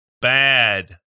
bad